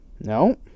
No